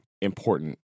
important